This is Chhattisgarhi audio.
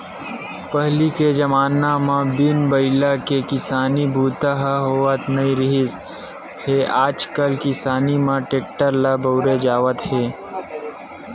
पहिली के जमाना म बिन बइला के किसानी बूता ह होवत नइ रिहिस हे आजकाल किसानी म टेक्टर ल बउरे जावत हे